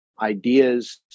ideas